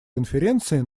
конференции